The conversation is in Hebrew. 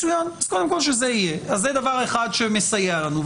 מצוין, קודם כל שזה יהיה, זה דבר אחד שמסייע לנו.